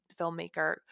filmmaker